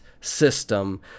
system